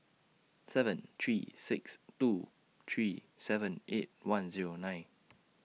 seven three six two three seven eight one Zero nine